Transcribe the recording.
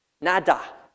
Nada